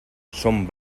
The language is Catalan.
som